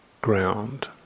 ground